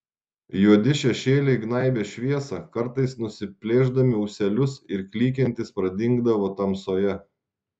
juodi šešėliai gnaibė šviesą kartais nusiplėšdami ūselius ir klykiantys pradingdavo tamsoje